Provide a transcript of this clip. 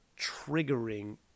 triggering